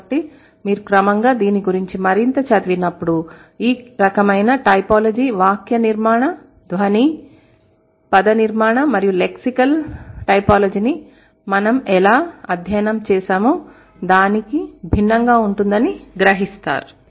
కాబట్టి మీరు క్రమంగా దీని గురించి మరింత చదివినప్పుడు ఈ రకమైన టైపోలాజీ వాక్యనిర్మాణ ధ్వని పదనిర్మాణ మరియు లెక్సికల్ టైపోలాజీని మనం ఎలా అధ్యయనం చేశామో దానికి భిన్నంగా ఉంటుందని గ్రహిస్తారు